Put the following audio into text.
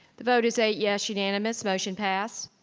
the vote is eight yes, unanimous, motion passed.